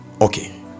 Okay